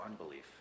unbelief